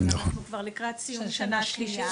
אבל אנחנו כבר לקראת סיום של שנה שלישית.